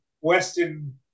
Western